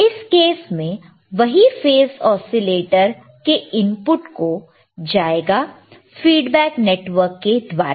इस केस में वहीं फेस ओसीलेटर के इनपुट को जाएगा फीडबैक नेटवर्क के द्वारा